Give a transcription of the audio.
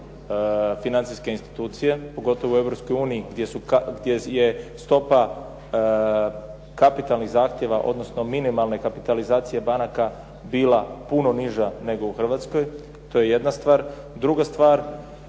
financijske institucije pogotovo u Europskoj uniji gdje je stopa kapitalnih zahtjeva, odnosno minimalne kapitalizacije banaka bila puno niža nego u Hrvatskoj. To je jedna stvar. Druga stvar,